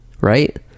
right